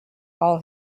all